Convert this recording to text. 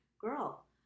girl